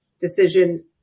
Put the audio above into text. decision